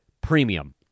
Premium